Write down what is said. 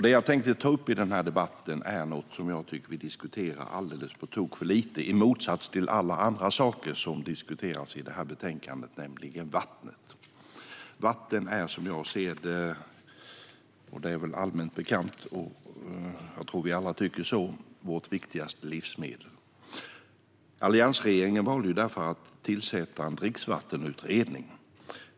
Det jag tänkte ta upp i denna debatt är något som jag tycker att vi diskuterar alldeles på tok för lite, i motsats till alla andra saker som diskuteras i detta betänkande, nämligen vattnet. Vatten är som jag ser det - det är väl allmänt bekant, och jag tror att vi alla tycker så - vårt viktigaste livsmedel. Alliansregeringen valde därför att tillsätta en dricksvattenutredning.